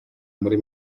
muri